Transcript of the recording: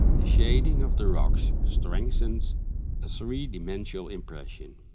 the shading of the rocks strengthens a three-dimensional impression.